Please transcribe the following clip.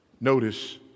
Notice